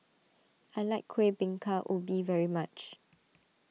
I like Kueh Bingka Ubi very much